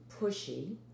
pushy